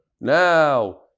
Now